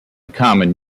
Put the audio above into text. common